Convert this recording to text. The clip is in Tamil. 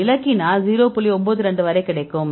92 வரை கிடைக்கும்